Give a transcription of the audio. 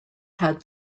had